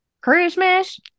christmas